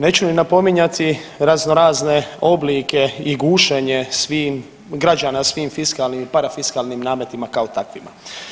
Neću ni napominjati razno razne oblike i gušenje građana svim fiskalnim i parafiskalnim nametima kao takvima.